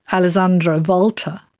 alessandro volta,